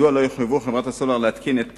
מדוע לא יחויבו חברות הסלולר להתקין את